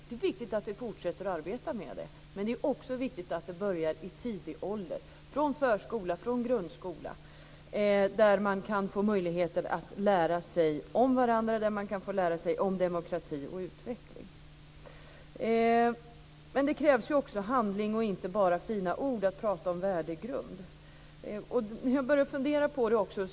Det är viktigt att vi fortsätter att arbeta med det, men det är också viktigt att det börjar i tidig ålder, från förskola till grundskola, där man kan få möjligheter att lära sig om varandra och där man kan få lära sig om demokrati och utveckling. Men det krävs också handling och inte bara fina ord, dvs. att tala om värdegrund.